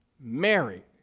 Mary